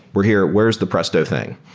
we're here. where's the presto thing?